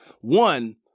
one